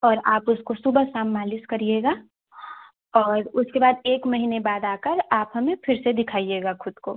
और आप उसको सुबह शाम मालिस करिएगा और उसके बाद एक महीने बाद आकर आप हमें फिर से दिखाइएगा खुद को